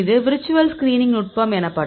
இது virtual screening நுட்பம் எனப்படும்